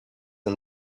and